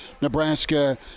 Nebraska